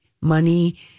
money